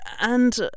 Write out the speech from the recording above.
and